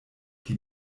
die